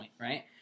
right